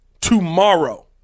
Tomorrow